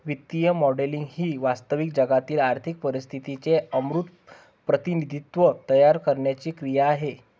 वित्तीय मॉडेलिंग ही वास्तविक जगातील आर्थिक परिस्थितीचे अमूर्त प्रतिनिधित्व तयार करण्याची क्रिया आहे